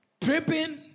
Tripping